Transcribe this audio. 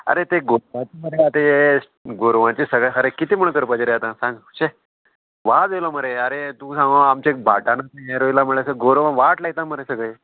आरे तें गोरवाचें मरे आतां हे गोरवाचें सगळें खरें कितें म्हण करपाचें रे आतां सांग शीं वाज येयलो मरे आरे तूं सांगो आमचे भाटान आसा हें रोयला म्हळ्यार गोरवां वाट लायता मरे सगळीं